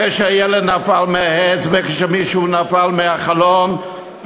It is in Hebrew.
כשילד נפל מעץ וכשמישהו נפל מהחלון,